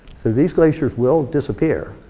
so these glaciers will disappear.